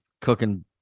cooking